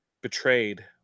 betrayed